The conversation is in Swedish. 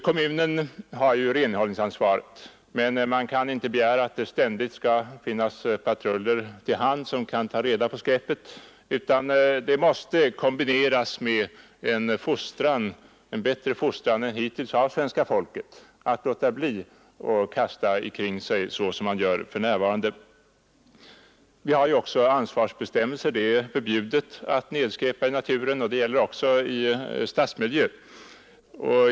Kommunerna har renhållningsansvaret, men vi kan inte begära att det ständigt skall finnas patruller till hands som kan ta reda på skräpet. Det krävs en bättre fostran än hittills av svenska folket. Man måste låta bli att kasta kring sig som man gör för närvarande. Det finns också redan nu vissa ansvarsbestämmelser: det är förbjudet att skräpa ned i naturen, och detta gäller också i stadsmiljön.